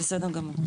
בסדר גמור.